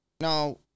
Now